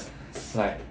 like